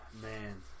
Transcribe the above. man